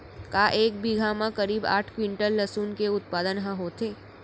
का एक बीघा म करीब आठ क्विंटल लहसुन के उत्पादन ह होथे?